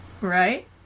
Right